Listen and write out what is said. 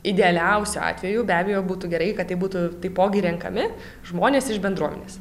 idealiausiu atveju be abejo būtų gerai kad tai būtų taipogi renkami žmonės iš bendruomenės